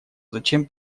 зачем